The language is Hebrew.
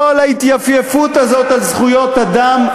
כל ההתייפייפות הזאת על זכויות אדם,